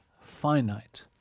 finite